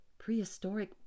Prehistoric